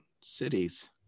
cities